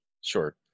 Sure